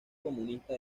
comunista